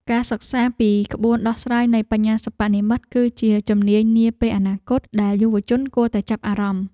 ការសិក្សាពីក្បួនដោះស្រាយនៃបញ្ញាសិប្បនិម្មិត គឺជាជំនាញនាពេលអនាគតដែលយុវជនគួរតែចាប់អារម្មណ៍។